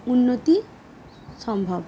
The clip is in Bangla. উন্নতি সম্ভব